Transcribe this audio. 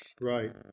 Right